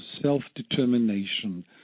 self-determination